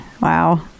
Wow